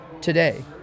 today